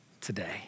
today